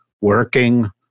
working